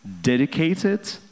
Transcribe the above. dedicated